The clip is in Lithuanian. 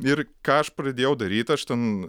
ir ką aš pradėjau daryt aš ten